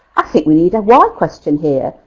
i think we need a why question here.